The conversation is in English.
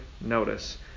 notice